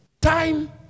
time